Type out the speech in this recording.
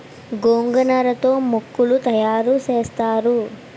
గోగనార తో మోకులు తయారు సేత్తారు